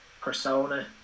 persona